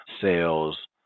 sales